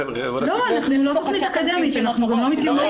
לא, זו לא תכנית אקדמית, אנחנו גם לא מתיימרים.